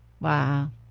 Wow